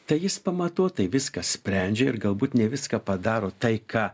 tai jis pamatuotai viską sprendžia ir galbūt ne viską padaro tai ką